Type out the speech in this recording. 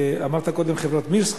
אמרת קודם שחברת "מירס",